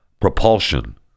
Propulsion